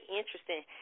interesting